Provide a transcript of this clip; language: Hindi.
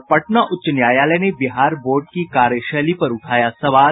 और पटना उच्च न्यायालय ने बिहार बोर्ड की कार्यशैली पर उठाया सवाल